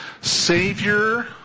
Savior